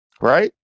Right